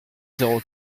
zéro